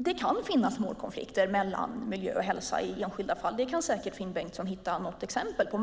Det kan finnas målkonflikter mellan miljö och hälsa i enskilda fall. Det kan säkert Finn Bengtsson hitta något exempel på.